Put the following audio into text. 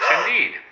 indeed